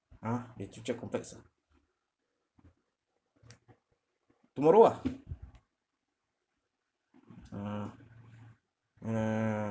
!huh! the joo chiat complex ah tomorrow ah err